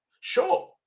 Sure